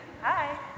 Hi